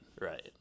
Right